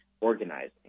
organizing